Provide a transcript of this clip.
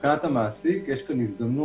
מבחינת המעסיק והעובד, יש כאן הזדמנות